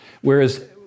whereas